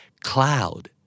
Cloud